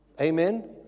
Amen